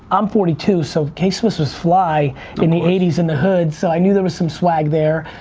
i'm forty two so k-swiss was fly in the eighty s in the hoods, so i knew there was some swag there.